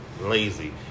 lazy